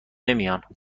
نمیان